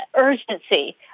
urgency